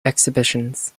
exhibitions